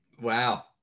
Wow